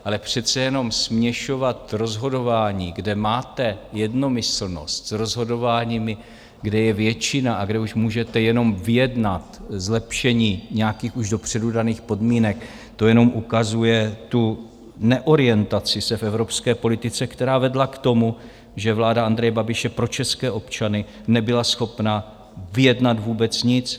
Ale přece jenom směšovat rozhodování, kde máte jednomyslnost, s rozhodováními, kde je většina a kde už můžete jenom vyjednat zlepšení nějakých už dopředu daných podmínek, to jenom ukazuje tu neorientaci se v evropské politice, která vedla k tomu, že vláda Andreje Babiše pro české občany nebyla schopna vyjednat vůbec nic.